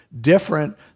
different